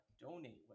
Donate